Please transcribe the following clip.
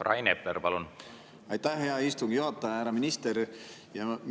Rain Epler, palun! Aitäh, hea istungi juhataja! Härra minister!